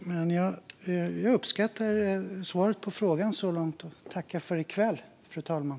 Men jag uppskattar svaret på frågan så långt och tackar för i kväll, fru talman.